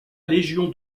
légion